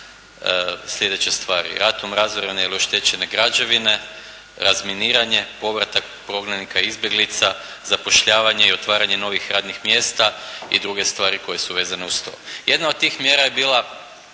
slijedeće stvari – ratom razorene ili oštećene građevine, razminiranje, povratak prognanika i izbjeglica, zapošljavanje i otvaranje novih radnih mjesta i druge stvari koje su vezane uz to. Jedna od tih mjera je bila